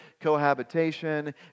cohabitation